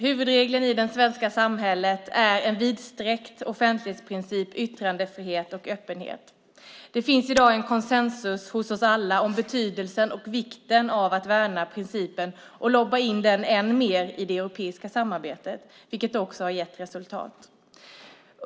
Huvudregeln i det svenska samhället är en vidsträckt offentlighetsprincip, yttrandefrihet och öppenhet. Det finns i dag en konsensus hos oss alla om betydelsen och vikten av att värna principen och lobba in den än mer i det europeiska samarbetet, vilket också har gett resultat.